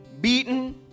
Beaten